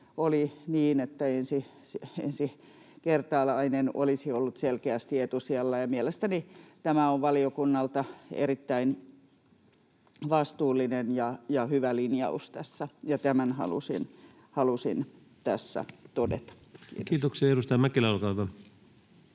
oli niin, että ensikertalainen olisi ollut selkeästi etusijalla. Mielestäni tämä on valiokunnalta erittäin vastuullinen ja hyvä linjaus tässä, ja tämän halusin tässä todeta. — Kiitos. [Speech 257] Speaker: